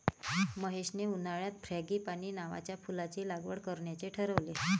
महेशने उन्हाळ्यात फ्रँगीपानी नावाच्या फुलाची लागवड करण्याचे ठरवले